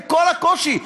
עם כל הקושי,